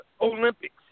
Olympics